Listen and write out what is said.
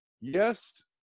Yes